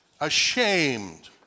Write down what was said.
ashamed